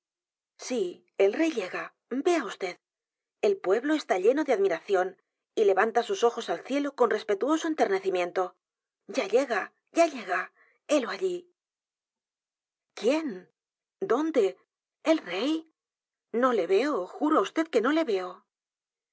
sí el rey llega vea vd el pueblo está lleno de admiración y levanta sus ojos al cielo con respetuoso enternecimiento ya llega ya l l e g a helo allí quién dónde el rey no le veo juro á vd que no le veo